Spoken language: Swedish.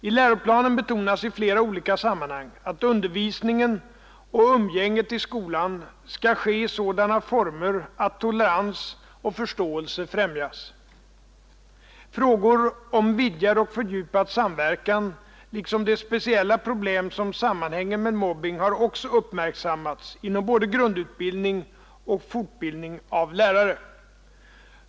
I läroplanen betonas i flera olika sammanhang att undervisningen och umgänget i skolan skall ske i sådana former att tolerans och förståelse främjas. Frågor om vidgad och fördjupad samverkan liksom de speciella problem som sammanhänger med mobbning har också uppmärksammats inom både grundutbildning och fortbildning av lärare.